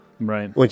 Right